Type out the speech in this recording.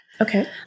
okay